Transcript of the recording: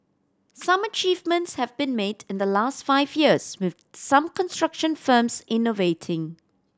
some achievements have been made in the last five years with some construction firms innovating